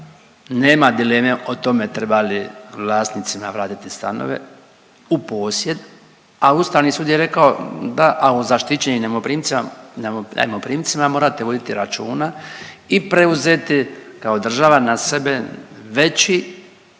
nema dileme o tome treba li vlasnicima vratiti stanove u posjed, a Ustavni sud je rekao da o zaštićenim najmoprimca, najmoprimcima morate voditi računa i preuzeti kao država na sebe veći